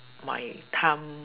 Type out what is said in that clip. my time